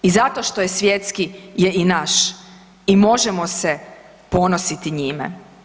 I zato što je svjetski je i naš i možemo se ponositi njime.